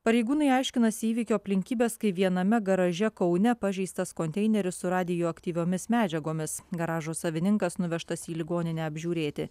pareigūnai aiškinasi įvykio aplinkybes kai viename garaže kaune pažeistas konteineris su radioaktyviomis medžiagomis garažo savininkas nuvežtas į ligoninę apžiūrėti